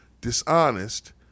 dishonest